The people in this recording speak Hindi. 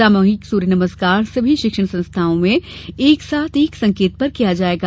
सामूहिक सूर्य नमस्कार सभी शिक्षण संस्थाओं में एक साथ एक संकेत पर किया जायेगा